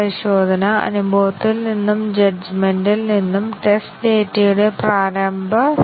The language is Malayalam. മറ്റൊരു വിധത്തിൽ പറഞ്ഞാൽ 3 ഉം ഏഴും ബേസിക് അവസ്ഥയെ സ്വതന്ത്രമായി വിലയിരുത്തും